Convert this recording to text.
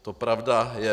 To pravda je.